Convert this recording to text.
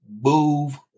move